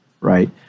right